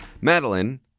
Madeline